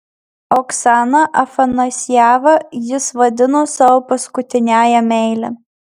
oksaną afanasjevą jis vadino savo paskutiniąja meile